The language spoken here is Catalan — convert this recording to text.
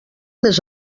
més